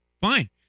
Fine